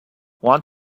want